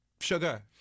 sugar